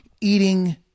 eating